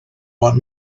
want